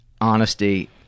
honesty